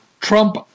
Trump